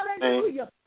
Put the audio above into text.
hallelujah